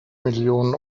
millionen